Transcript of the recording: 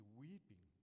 weeping